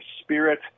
spirit